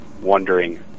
wondering